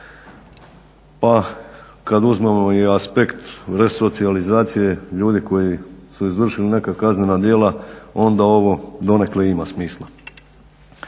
Pa kad uzmemo i aspekt resocijalizacije ljudi koji su izvršili neka kaznena djela onda ovo donekle ima smisla.